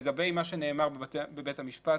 לגבי מה שנאמר בבית המשפט,